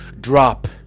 Drop